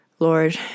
Lord